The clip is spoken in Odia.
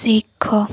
ଶିଖ